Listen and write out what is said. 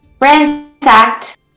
ransacked